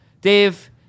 Dave